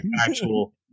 actual